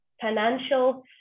financial